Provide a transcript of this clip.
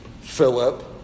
Philip